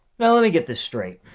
now let me get this straight.